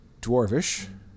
Dwarvish